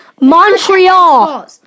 Montreal